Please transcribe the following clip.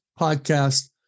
podcast